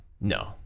No